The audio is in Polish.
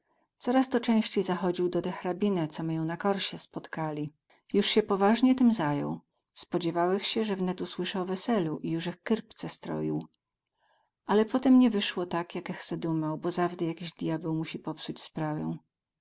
coraz to cęściej zachodził do te hrabine co my ją na korsie spotkali juz sie powaźnie tym zajął spodziewałech sie ze wnet usłysę o weselu i juz ech kyrpce stroił ale potem nie wysło tak jakech se dumał bo zawdy jakiś djabeł musi popsuć sprawę